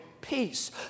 peace